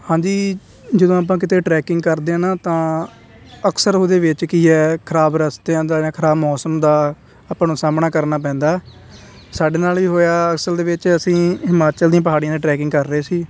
ਹਾਂਜੀ ਜਦੋਂ ਆਪਾਂ ਕਿਤੇ ਟਰੈਕਿੰਗ ਕਰਦੇ ਹਾਂ ਨਾ ਤਾਂ ਅਕਸਰ ਉਹਦੇ ਵਿੱਚ ਕੀ ਹੈ ਖਰਾਬ ਰਸਤਿਆਂ ਦਾ ਜਾਂ ਖਰਾਬ ਮੌਸਮ ਦਾ ਆਪਾਂ ਨੂੰ ਸਾਹਮਣਾ ਕਰਨਾ ਪੈਂਦਾ ਸਾਡੇ ਨਾਲ ਵੀ ਹੋਇਆ ਅਸਲ ਦੇ ਵਿੱਚ ਅਸੀਂ ਹਿਮਾਚਲ ਦੀਆਂ ਪਹਾੜੀਆਂ 'ਤੇ ਟਰੈਕਿੰਗ ਕਰ ਰਹੇ ਸੀ